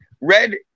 Red